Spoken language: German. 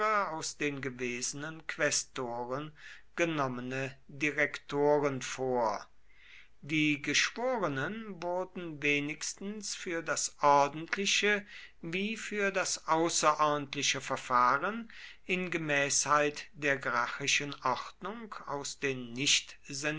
aus den gewesenen quästoren genommene direktoren vor die geschworenen wurden wenigstens für das ordentliche wie für das außerordentliche verfahren in gemäßheit der gracchischen ordnung aus den